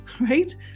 right